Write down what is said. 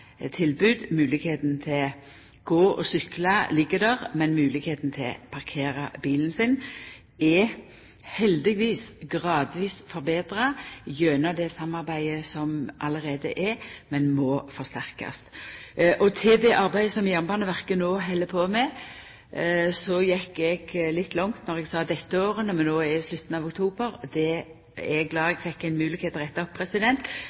tilbod. Moglegheita til å gå og sykla ligg der, men moglegheita til å parkera bilen er heldigvis gradvis betra gjennom det samarbeidet som allereie er, men må forsterkast. Når det gjeld det arbeidet som Jernbaneverket no held på med, gjekk eg litt langt då eg sa dette året. Vi er no i slutten av oktober. Det er eg glad eg fekk ei moglegheit til å retta opp,